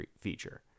feature